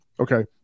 Okay